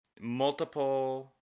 multiple